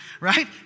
right